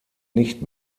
nicht